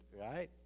right